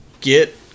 Get